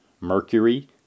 mercury